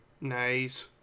Nice